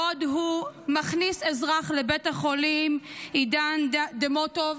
בעוד הוא מכניס אזרח לבית החולים, עידן דמוטוב,